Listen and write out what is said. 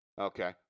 Okay